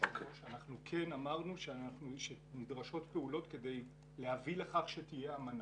אנחנו כן אמרנו שנדרשות פעולות כדי להביא לכך שתהיה אמנה.